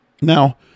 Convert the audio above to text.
Now